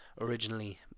originally